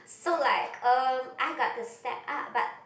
so like um I got the set up but